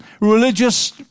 religious